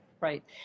Right